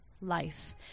life